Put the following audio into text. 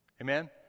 Amen